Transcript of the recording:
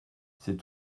c’est